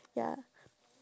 ya